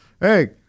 Hey